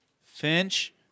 Finch